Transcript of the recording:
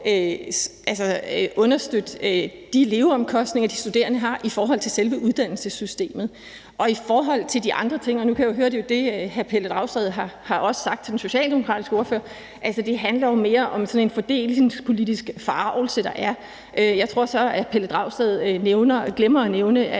understøtte de leveomkostninger, de studerende har, end på selve uddannelsessystemet og andre ting. Nu kan jo høre, at det også det, hr. Pelle Dragsted har sagt til den socialdemokratiske ordfører. Altså, det handler jo mere om en fordelingspolitisk forargelse. Jeg tror så, at hr. Pelle Dragsted glemmer at nævne, at